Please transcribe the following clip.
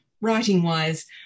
writing-wise